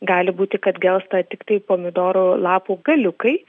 gali būti kad gelsta tiktai pomidorų lapų galiukai